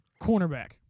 cornerback